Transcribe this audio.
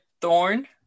thorn